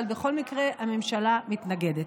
אבל בכל מקרה הממשלה מתנגדת.